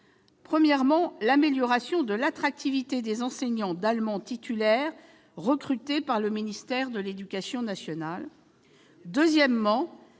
d'abord, l'amélioration de l'attractivité pour les enseignants d'allemand titulaires recrutés par le ministère de l'éducation nationale, et,